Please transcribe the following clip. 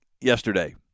Yesterday